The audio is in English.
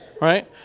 right